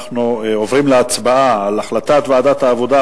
אנחנו עוברים להצבעה על החלטת ועדת העבודה,